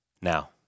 now